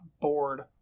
bored